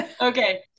Okay